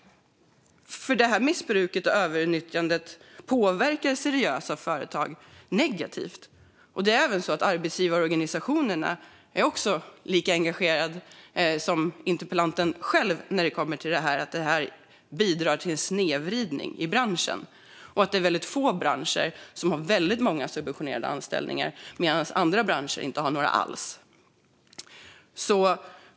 Missbruket och överutnyttjandet påverkar seriösa företag negativt. Arbetsgivarorganisationerna är lika engagerade som interpellanten själv i fråga om snedvridningen i branschen. Det är få branscher som har många subventionerade anställda, medan andra branscher inte har några alls.